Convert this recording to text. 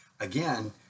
Again